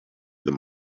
them